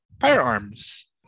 firearms